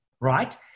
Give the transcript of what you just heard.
right